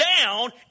down